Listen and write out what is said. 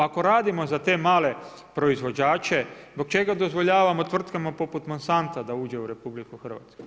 Ako radimo za te male proizvođače, zbog čega dozvoljavamo tvrtkama poput Monsanta da uđe u RH?